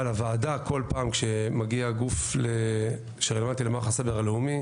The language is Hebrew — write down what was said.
בכל פעם שהגיע גוף שרלוונטי למערך הסייבר הלאומי